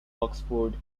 oxford